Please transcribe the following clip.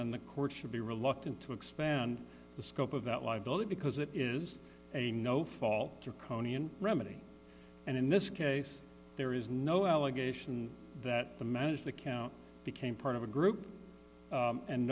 and the court should be reluctant to expand the scope of that liability because it is a no fault to conan remedy and in this case there is no allegation that the managed account became part of a group